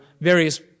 various